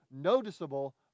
noticeable